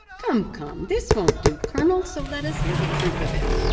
come, come, this won't do, colonel so let us hear the truth of it.